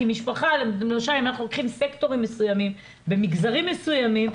כי משפחה למשל אם אנחנו לוקחים סקטורים מסוימים במגזרים מסוימים,